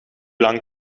lang